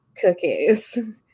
cookies